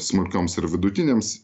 smulkioms ir vidutinėms